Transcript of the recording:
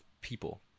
people